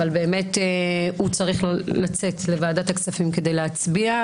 אבל הוא צריך לצאת לוועדת הכספים כדי להצביע,